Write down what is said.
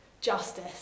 justice